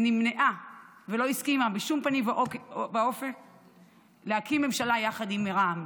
שהיא נמנעה ולא הסכימה בשום פנים ואופן להקים ממשלה יחד עם רע"מ.